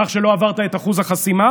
בכך שלא עברת את אחוז החסימה,